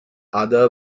other